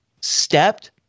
stepped